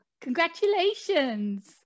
Congratulations